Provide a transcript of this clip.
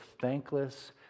thankless